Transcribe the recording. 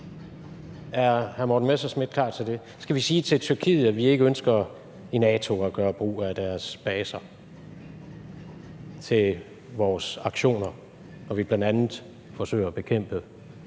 er hr. Morten Messerschmidt klar til det? Skal vi sige til Tyrkiet, at vi ikke ønsker i NATO at gøre brug af deres baser til vores aktioner, hvor vi bl.a. forsøger at bekæmpe